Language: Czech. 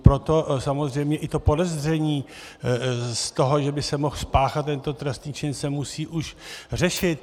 Proto samozřejmě i to podezření z toho, že by se mohl spáchat tento trestný čin, se musí už řešit.